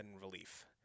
relief